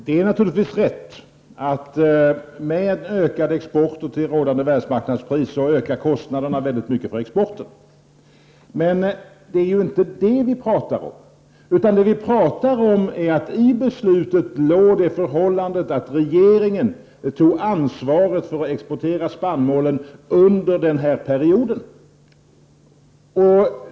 Herr talman! Det är naturligtvis riktigt att kostnaderna för exporten ökar mycket om exporten, med rådande världsmarknadspriser, ökar. Men det är inte det vi talar om, utan det vi talar om är att beslutet innebar att regeringen skulle ta ansvaret för att exportera spannmålen under den här perioden.